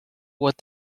what